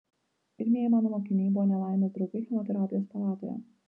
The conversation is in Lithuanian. pirmieji mano mokiniai buvo nelaimės draugai chemoterapijos palatoje